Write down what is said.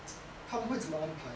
他们会怎样安排